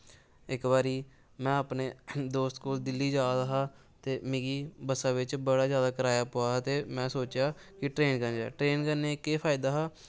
इक बारी में अपनै दोस्त कोल दिल्ली जा दा हा ते मिगी बां बेच बड़ा जादा कराया पवा दा ते में सोचेआ कि ट्रेन करी लैन्ने आं ट्रेन करियै केह फायदा हा